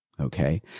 okay